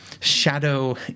shadow